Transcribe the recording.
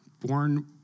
born